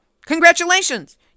congratulations